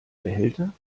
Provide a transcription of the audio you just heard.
behälter